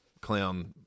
clown